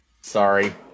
Sorry